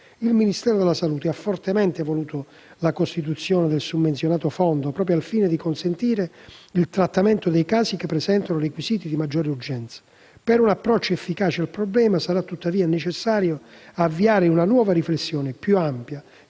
Il Ministro della salute ha fortemente voluto la costituzione del summenzionato fondo, proprio al fine di consentire il trattamento dei casi che presentano requisiti di maggiore urgenza. Per un approccio efficace al problema, sarà tuttavia necessario avviare una nuova riflessione, più ampia,